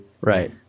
Right